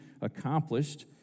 accomplished